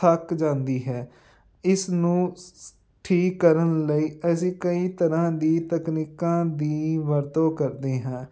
ਥੱਕ ਜਾਂਦੀ ਹੈ ਇਸ ਨੂੰ ਸ ਠੀਕ ਕਰਨ ਲਈ ਅਸੀਂ ਕਈ ਤਰ੍ਹਾਂ ਦੀ ਤਕਨੀਕਾਂ ਦੀ ਵਰਤੋਂ ਕਰਦੇ ਹਾਂ